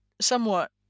somewhat